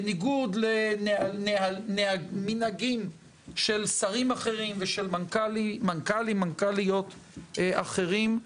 בניגוד למנהגים של שרים אחרים ושל מנכ"לים ומנכ"ליות אחרים.